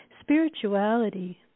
Spirituality